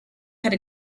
have